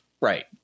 Right